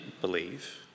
believe